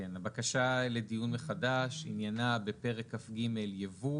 הבקשה לדיון מחדש עניינה בפרק כ"ג (יבוא)